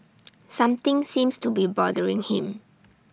something seems to be bothering him